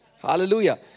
Hallelujah